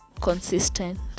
consistent